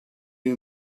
you